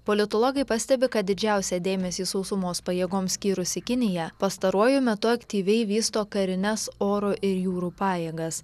politologai pastebi kad didžiausią dėmesį sausumos pajėgoms skyrusi kinija pastaruoju metu aktyviai vysto karines oro ir jūrų pajėgas